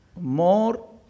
more